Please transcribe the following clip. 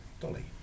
Dolly